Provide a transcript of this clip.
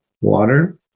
water